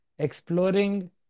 exploring